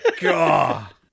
God